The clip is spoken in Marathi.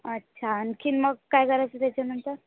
अच्छा आणखी मग काय करायचं त्याच्यानंतर